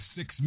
Six